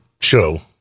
show